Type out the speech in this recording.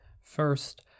First